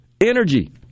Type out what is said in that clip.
energy